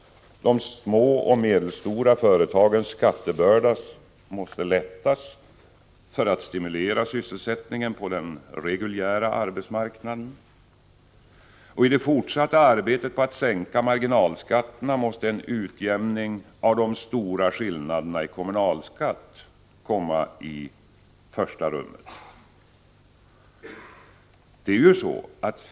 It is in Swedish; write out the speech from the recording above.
De små och medelstora företagens skattebörda måste lättas för att stimulera sysselsättningen på den reguljära arbetsmarknaden. I det fortsatta arbetet på att sänka marginalskatterna måste en utjämning av de stora skillnaderna i kommunalskatt komma i första rummet.